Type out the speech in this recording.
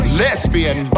lesbian